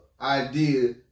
idea